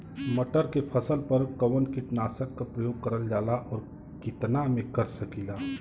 मटर के फसल पर कवन कीटनाशक क प्रयोग करल जाला और कितना में कर सकीला?